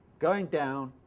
going down,